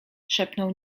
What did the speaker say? szepnął